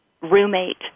roommate